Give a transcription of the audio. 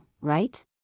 right